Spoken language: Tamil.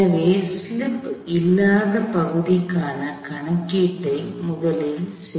எனவே சிலிப்பு இல்லாத பகுதிக்கான கணக்கீட்டை முதலில் செய்வோம்